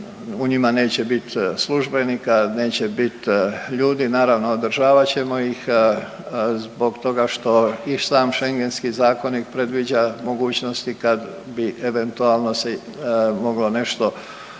u njima neće biti službenika, neće bit ljudi, naravno održavat ćemo ih zbog toga što i sam Schengenski zakonik predviđa mogućnosti kad bi eventualno se moglo nešto odlučiti